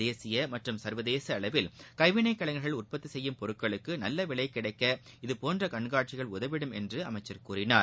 தேசிய மற்றும் சர்வதேச அளவில் கைவினை கலைஞர்கள் உற்பத்தி செய்யும் பொருட்களுக்கு நல்ல விலை கிடைக்க இதுபோன்ற கண்காட்சிகள் உதவிடும் என்று அமைச்சர் கூறினார்